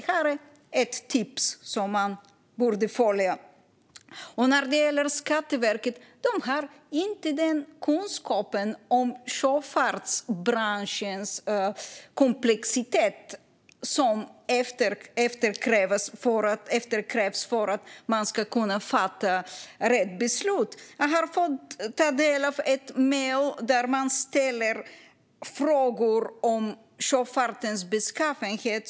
Här är ett tips på vad han bör titta på. När det gäller Skatteverket har de inte den kunskap om sjöfartsbranschens komplexitet som krävs för att kunna fatta rätt beslut. Jag har fått ta del av ett mejl där man ställer frågor om sjöfartens beskattning.